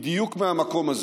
בדיוק מהמקום הזה